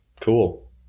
Cool